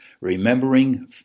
remembering